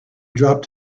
dropped